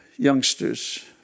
youngsters